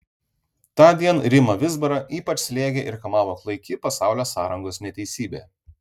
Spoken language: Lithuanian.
tądien rimą vizbarą ypač slėgė ir kamavo klaiki pasaulio sąrangos neteisybė